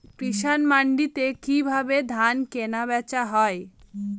কৃষান মান্ডিতে কি ভাবে ধান কেনাবেচা হয়?